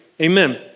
Amen